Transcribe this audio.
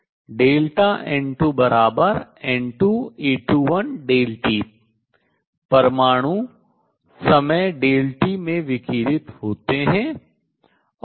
N2 N2A21t परमाणु समय Δt में विकिरित होते हैं